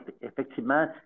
effectivement